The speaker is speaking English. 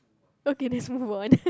okay let's move on